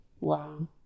Wow